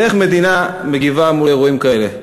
ואיך מדינה מגיבה על אירועים כאלה.